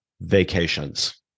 vacations